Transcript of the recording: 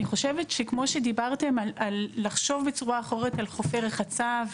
אני חושבת שכמו שדיברתם על לחשוב בצורה אחרת על חופי רחצה,